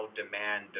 demand